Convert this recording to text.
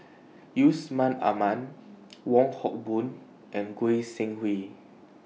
Yusman Aman Wong Hock Boon and Goi Seng Hui